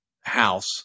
house